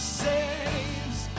saves